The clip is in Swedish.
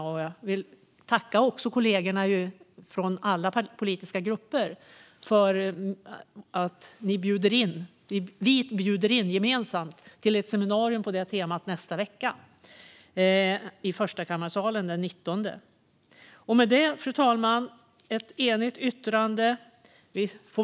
Jag vill tacka kollegorna från alla politiska grupper för att vi gemensamt bjuder in till ett seminarium på det temat nästa vecka i Förstakammarsalen den 19 april. Fru talman! Det finns ett enigt yttrande.